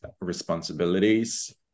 responsibilities